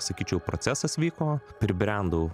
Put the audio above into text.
sakyčiau procesas vyko pribrendau